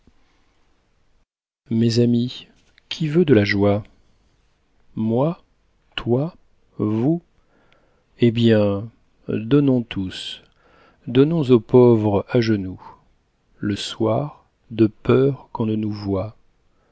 mes amis qui veut de la joie moi toi vous eh bien donnons tous donnons aux pauvres à genoux le soir de peur qu'on ne nous voie